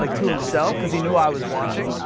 like to himself, because he knew i was watching.